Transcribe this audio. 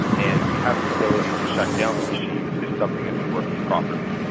and we have the ability to shut down the machines if something isn't working properly.